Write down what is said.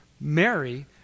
Mary